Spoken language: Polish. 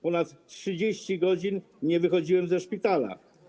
Ponad 30 godzin nie wychodziłem ze szpitala.